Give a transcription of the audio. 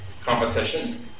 competition